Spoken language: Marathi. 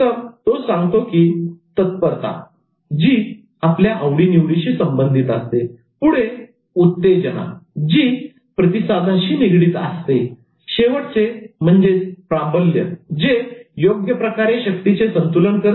प्रथमतो सांगतो की तत्परता जी आवडीनिवडीशी संबंधित असते पुढे उत्तेजना जी प्रतिसादाशी निगडित आहे शेवटचे प्राबल्य जे योग्यप्रकारे शक्तीचे संतुलन करते